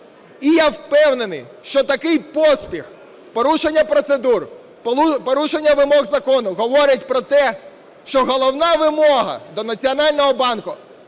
І я впевнений, що такий поспіх, в порушення процедур, в порушення вимог закону говорить про те, що головна вимога до Національного банку,